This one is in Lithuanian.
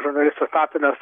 žurnalistas tapinas